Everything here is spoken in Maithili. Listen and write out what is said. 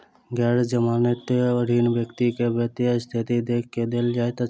गैर जमानती ऋण व्यक्ति के वित्तीय स्थिति देख के देल जाइत अछि